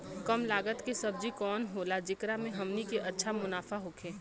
कम लागत के सब्जी कवन होला जेकरा में हमनी के अच्छा मुनाफा होखे?